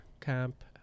camp